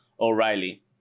O'Reilly